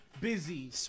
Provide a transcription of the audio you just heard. busy